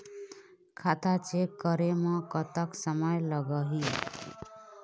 खाता चेक करे म कतक समय लगही?